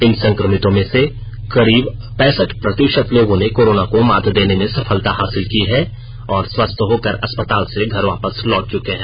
इन संक्रमितों में से करीब पैसठ प्रति ात लोगों ने कोरोना को मात देने में सफलता हासिल की है और स्वस्थ होकर अस्पताल से घर वापस लौट चके है